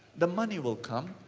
the money will come.